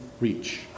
reach